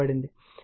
కాబట్టి ∅0 78